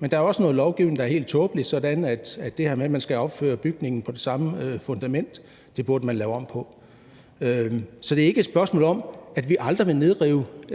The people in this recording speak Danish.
men der er også noget lovgivning, der er helt tåbelig, f.eks. det her med, at bygningen skal opføres på det samme fundament, og det burde man lave om på. Så det er ikke et spørgsmål om, at vi aldrig